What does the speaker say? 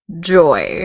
Joy